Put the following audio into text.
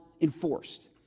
enforced